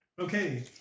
Okay